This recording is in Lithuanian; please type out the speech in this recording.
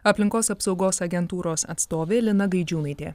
aplinkos apsaugos agentūros atstovė lina gaidžiūnaitė